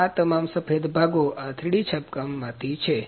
આ તમામ સફેદ ભાગો આ ૩D છાપકામ માંથી છે